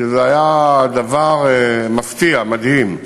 שזה היה דבר מפתיע, מדהים,